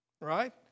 right